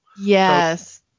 Yes